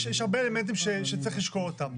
יש הרבה אלמנטים שצריך לשקול אותם.